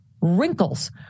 wrinkles